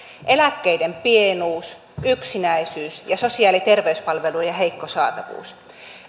eläkkeiden pienuus yksinäisyys ja sosiaali ja terveyspalveluiden heikko saatavuus